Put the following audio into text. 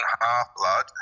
half-blood